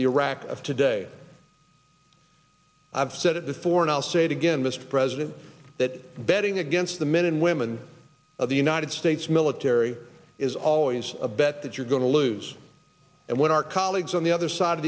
the iraqi of today i've said it before and i'll say it again mr president that betting against the men and women of the united states military is always a bet that you're going to lose and when our colleagues on the other side of